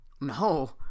No